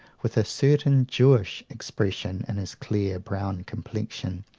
with a certain jewish expression in his clear, brown complexion,